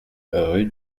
rue